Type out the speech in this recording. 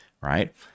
right